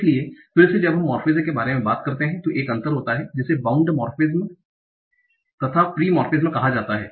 इसलिए फिर से जब हम मोर्फेमस के बारे में बात करते हैं तो एक अंतर होता है जिसे bound morpheme versus free morpheme कहा जाता है